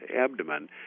abdomen